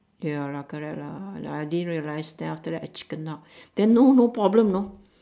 ya lah correct lah like I didn't realise then after that I chicken out then no no problem you know